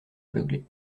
beugler